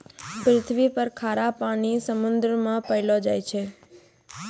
पृथ्वी पर खारा पानी समुन्द्र मे पैलो जाय छै